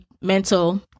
mental